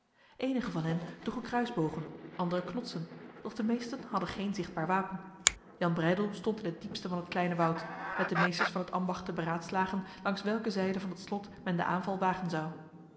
enigen van hen droegen kruisbogen anderen knotsen doch de meesten hadden geen zichtbaar wapen jan breydel stond in het diepste van het kleine woud met de meesters van het ambacht te beraadslagen langs welke zijde van het slot men de aanval wagen zou